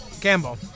Campbell